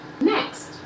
Next